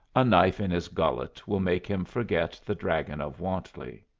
a knife in his gullet will make him forget the dragon of wantley.